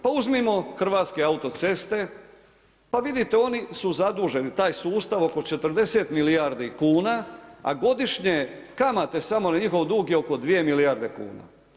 Pa uzmimo Hrvatske autocesta, pa vidite oni su zaduženi, taj sustav oko 40 milijardi kuna, a godišnje kamate samo na njihov dug je oko 2 milijarde kuna.